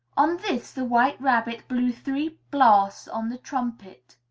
on this, the white rabbit blew three blasts on the trumpet,